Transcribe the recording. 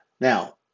now